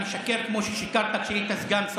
תתקזזו על הכול.